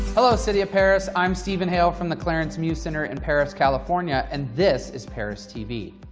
hello city of perris, i'm stephen hale from the clarence muse center in perris, california, and this is perris tv.